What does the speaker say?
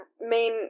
main